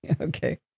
Okay